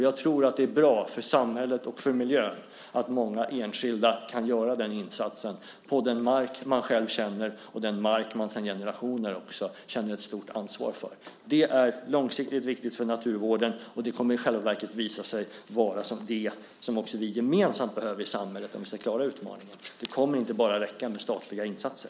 Jag tror att det är bra för samhället och för miljön att många enskilda kan göra den insatsen på den mark man själv känner och den mark man sedan generationer känner ett stort ansvar för. Det är långsiktigt viktigt för naturvården och det kommer att visa sig vara det som vi gemensamt behöver i samhället om vi ska klara utmaningen. Det kommer inte att räcka med bara statliga insatser.